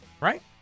right